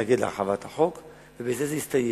מתנגד להרחבת החוק, ובזה זה הסתיים.